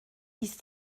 ist